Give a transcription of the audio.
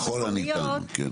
ככל הניתן, כן.